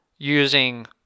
using